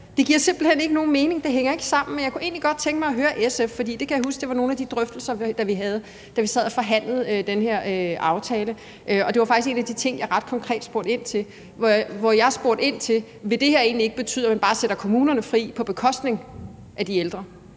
Det giver simpelt hen ikke nogen mening, det hænger ikke sammen. Men jeg kunne egentlig godt tænke mig at høre SF om noget, for jeg kan huske, at det var nogle af de drøftelser, vi havde, da vi sad og forhandlede den her aftale, og det var faktisk en af de ting, jeg ret konkret spurgte ind til. Jeg spurgte ind til, om det her egentlig ikke vil betyde, at man bare sætter kommunerne fri på bekostning af de ældre.